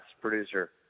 producer